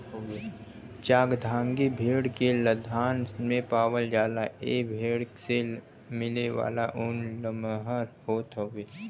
चांगथांगी भेड़ के लद्दाख में पावला जाला ए भेड़ से मिलेवाला ऊन लमहर होत हउवे